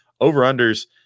over-unders